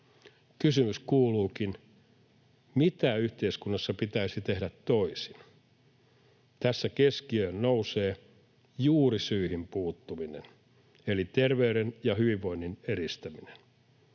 Kysymys kuuluukin: mitä yhteiskunnassa pitäisi tehdä toisin? Tässä keskiöön nousee juurisyihin puuttuminen eli terveyden ja hyvinvoinnin edistäminen.